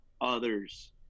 others